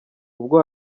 ubwo